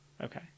Okay